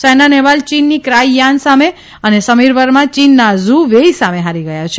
સાયના નહેવાલ ચીનની Cai Yan સામે અને સમીર વર્મા ચીનના ઝ઼ વેઇ સામે હારી ગયા છે